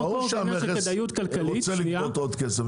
ברור שהמכס רוצה לגבות עוד כסף,